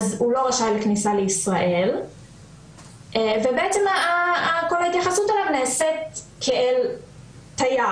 הוא לא רשאי לכניסה לישראל וכל ההתייחסות אליו נעשית כאל תייר.